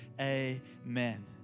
amen